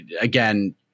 again